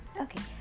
Okay